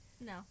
No